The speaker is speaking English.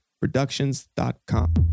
Productions.com